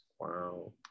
wow